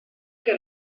que